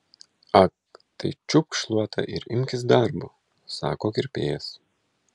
ag tai čiupk šluotą ir imkis darbo sako kirpėjas